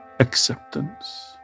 Acceptance